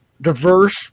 diverse